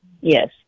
Yes